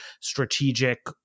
strategic